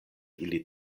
ili